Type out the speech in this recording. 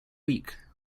week